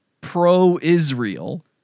pro-Israel